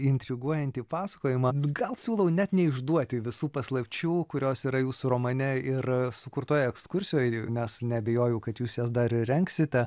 intriguojantį pasakojimą gal siūlau net neišduoti visų paslapčių kurios yra jūsų romane ir sukurtoje ekskursijoj nes neabejoju kad jūs jas dar ir rengsite